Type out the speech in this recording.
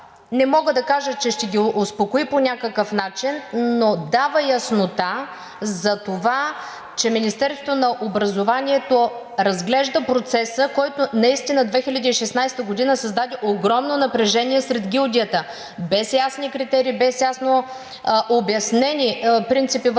не мога да кажа, че ще ги успокои по някакъв начин, но дава яснота за това, че Министерството на образованието разглежда процеса, който наистина през 2016 г. създаде огромно напрежение сред гилдията без ясни критерии, без ясно обяснени принципи, върху